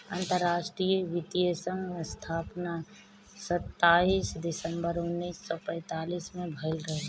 अंतरराष्ट्रीय वित्तीय संघ स्थापना सताईस दिसंबर उन्नीस सौ पैतालीस में भयल रहे